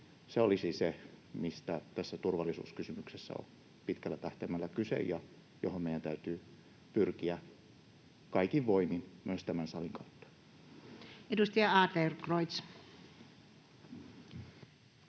Se olisi se, mistä tässä turvallisuuskysymyksessä on pitkällä tähtäimellä kyse ja mihin meidän täytyy pyrkiä kaikin voimin myös tämän salin kautta. [Speech